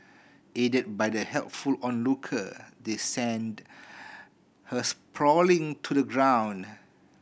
aided by the helpful onlooker they send her sprawling to the ground